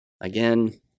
Again